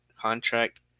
contract